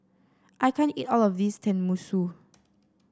I can't eat all of this Tenmusu